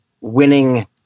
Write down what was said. winning